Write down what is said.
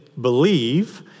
believe